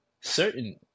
certain